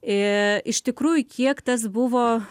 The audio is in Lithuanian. i iš tikrųjų kiek tas buvo